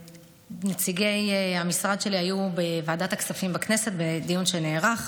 נציגי המשרד שלי היו בוועדת הכספים בכנסת בדיון שנערך,